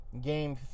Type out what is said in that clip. Game